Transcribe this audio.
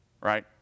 right